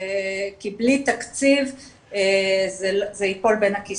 כי בלי תקציב זה ייפול בין הכיסאות.